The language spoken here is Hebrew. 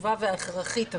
החשובה וההכרחית הזאת.